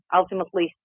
ultimately